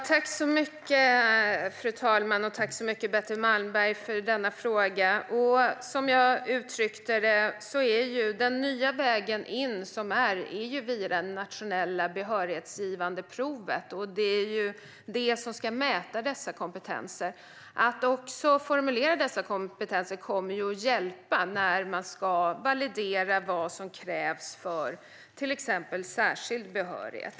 Fru talman! Tack så mycket, Betty Malmberg, för denna fråga! Som jag uttryckte det går den nya vägen in via det nationella behörighetsgivande provet. Det är det som ska mäta dessa kompetenser. Att också formulera dessa kompetenser kommer att hjälpa när man ska validera vad som krävs för till exempel särskild behörighet.